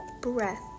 breath